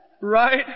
right